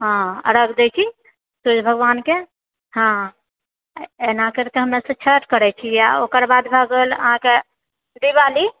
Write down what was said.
हँ अरघ दए छी सूर्य भगवानके हँ एना करिके हमरासभ छठि करैछी आ ओकरबाद भए गेल अहाँकेँ दिवाली